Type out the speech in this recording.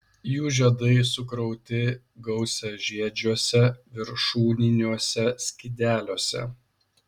jų žiedai sukrauti gausiažiedžiuose viršūniniuose skydeliuose